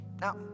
Now